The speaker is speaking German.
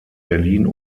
berlin